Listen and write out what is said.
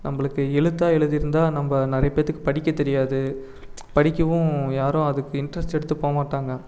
நம்மளுக்கு எழுத்தாக எழுதியிருந்தா நம்ம நிறைய பேத்துக்கு படிக்க தெரியாது படிக்கவும் யாரும் அதுக்கு இன்ட்ரஸ்ட் எடுத்து போகமாட்டாங்க